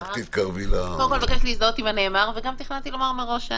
תכננתי לומר מראש,